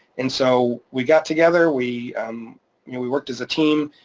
and so we got together, we um you know we worked as a team,